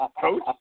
coach